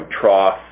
trough